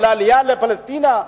או בעלייה לפלשתינה,